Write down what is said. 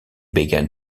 began